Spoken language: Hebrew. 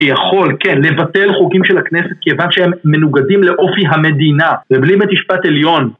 יכול, כן, לבטל חוקים של הכנסת כיוון שהם מנוגדים לאופי המדינה ובלי בית משפט עליון